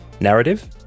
Narrative